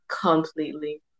completely